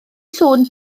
sŵn